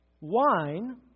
wine